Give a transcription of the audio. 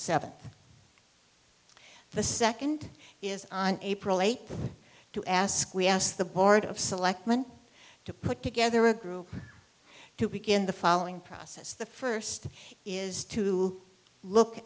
seven the second is on april eighth to ask we asked the board of selectmen to put together a group to begin the following process the first is to look